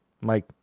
Mike